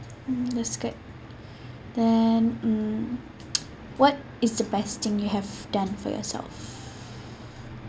mm that's good then mm what is the best thing you have done for yourself